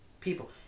People